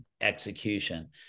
execution